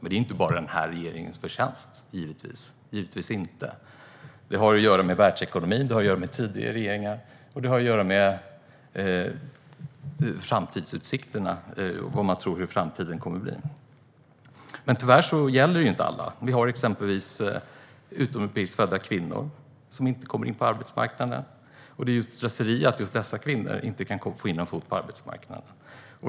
Men det är givetvis inte bara den här regeringens förtjänst. Det har att göra med världsekonomin, tidigare regeringar och framtidsutsikterna - hurdan man tror att framtiden kommer att bli. Men tyvärr gäller detta inte alla. Vi har exempelvis utomeuropeiskt födda kvinnor som inte kommer in på arbetsmarknaden. Det är slöseri att just dessa kvinnor inte kan få in en fot på arbetsmarknaden.